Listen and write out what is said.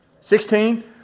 Sixteen